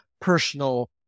personal